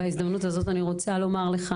בהזדמנות הזאת אני רוצה לומר לך,